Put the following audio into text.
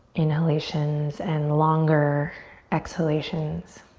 inhalations and longer exhalations.